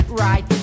right